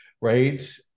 right